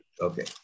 Okay